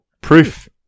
Proof